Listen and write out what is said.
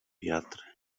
wiatry